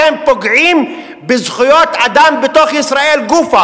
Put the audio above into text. אתם פוגעים בזכויות אדם בתוך ישראל גופא